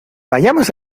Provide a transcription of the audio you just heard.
vayamos